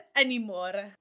anymore